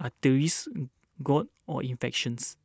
arthritis gout or infections